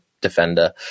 defender